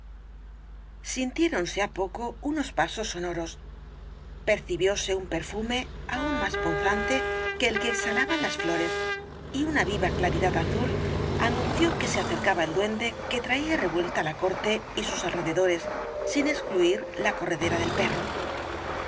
sintiéronse á poco unos pasos sonoros percibióse un perfume aún más punzante que el que exhalaban las flores y una viva claridad azul anunció que se acercaba el duende que traía revuelta la corte y sus alrededores sin excluir la corredera del perro